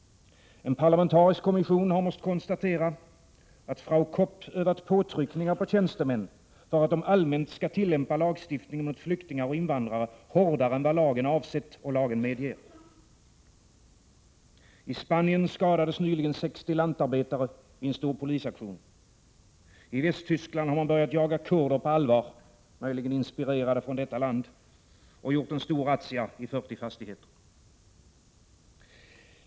En parlamentarisk kommission har måst konstatera att Frau Kopp övat påtryckningar på tjänstemän för att de allmänt skall tillämpa lagstiftningen mot flyktingar och invandrare hårdare än vad lagen avsett och medger. I Spanien skadades nyligen 60 lantarbetare vid en stor polisaktion. I Västtyskland har man börjat jaga kurder på allvar — möjligen inspirerad från deras land — och gjort en stor razzia i 40 fastigheter.